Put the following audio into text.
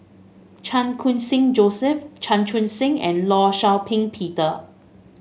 Chan Khun Sing Joseph Chan Chun Sing and Law Shau Ping Peter